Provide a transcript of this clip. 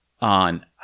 on